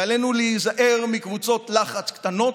עלינו להיזהר מקבוצות לחץ קטנות,